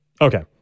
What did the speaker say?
okay